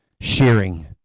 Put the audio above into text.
sharing